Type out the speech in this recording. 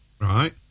Right